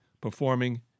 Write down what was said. performing